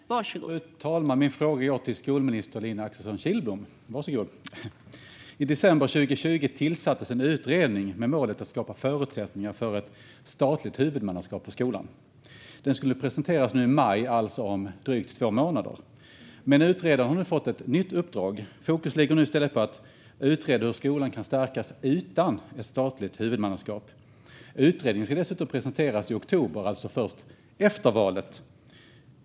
Fru talman! Min fråga går till skolminister Lina Axelsson Kihlblom. I december 2020 tillsattes en utredning med målet att skapa förutsättningar för ett statligt huvudmannaskap för skolan. Utredningen skulle presenteras nu i maj, alltså om drygt två månader. Men utredaren har fått ett nytt uppdrag. Fokus ligger nu i stället på att utreda hur skolan kan stärkas utan ett statligt huvudmannaskap. Utredningen ska dessutom presenteras i oktober, alltså först efter valet.